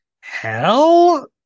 Hell